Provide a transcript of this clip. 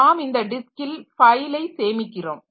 நாம் இந்த டிஸ்க்கில் ஃபைலை சேமிக்கிறோம்